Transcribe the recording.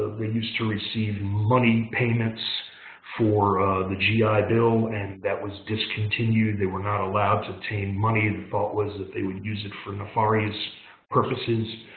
they used to receive money payments for the gi bill. and that was discontinued. they were not allowed to obtain money. the thought was that they would use it for nefarious purposes.